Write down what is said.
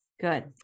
Good